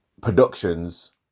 productions